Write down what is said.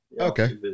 Okay